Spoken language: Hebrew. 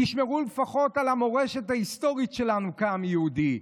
תשמרו לפחות על המורשת ההיסטורית שלנו כעם יהודי.